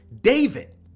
David